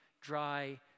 dry